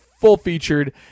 full-featured